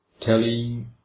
telling